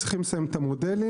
צריכים לסיים את המודלים,